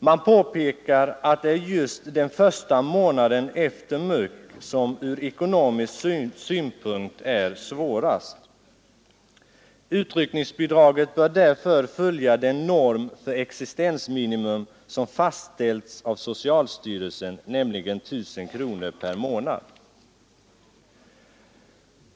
Man påpekar att det är just den första månaden efter muck som från ekonomisk synpunkt är svårast. Utryckningsbidraget bör därför följa den norm för existensminimum som fastställts av socialstyrelsen, nämligen 1 000 kronor per månad.